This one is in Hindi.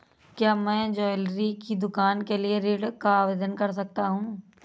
क्या मैं ज्वैलरी की दुकान के लिए ऋण का आवेदन कर सकता हूँ?